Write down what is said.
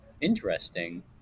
interesting